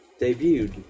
Debuted